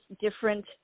different